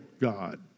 God